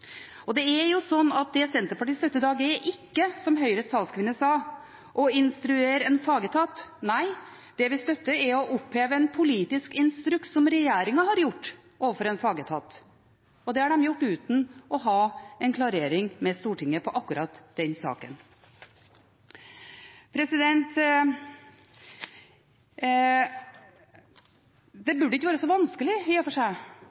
Det Senterpartiet støtter i dag, er ikke – som Høyres talskvinne sa – å instruere en fagetat. Nei, det vi støtter, er å oppheve en politisk instruks som regjeringen har gjort overfor en fagetat. Det har de gjort uten å ha en klarering med Stortinget på akkurat den saken. Det burde ikke være så vanskelig – i og for seg